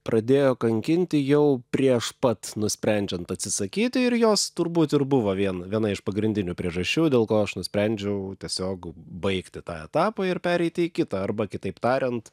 pradėjo kankinti jau prieš pat nusprendžiant atsisakyti ir jos turbūt ir buvo vien viena iš pagrindinių priežasčių dėl ko aš nusprendžiau tiesiog baigti tą etapą ir pereiti į kitą arba kitaip tariant